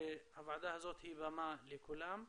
הוועדה הזאת היא במה לכולם.